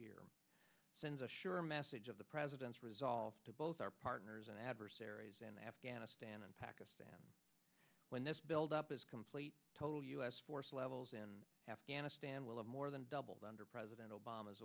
year sends a sure message of the president's resolve to both our partners and adversaries in afghanistan and pakistan when this buildup is complete total u s force levels in afghanistan will have more than doubled under president o